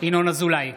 ינון אזולאי,